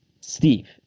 Steve